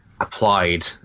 applied